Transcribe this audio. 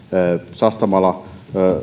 sastamala